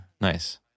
Nice